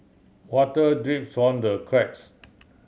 water drips from the cracks